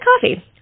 coffee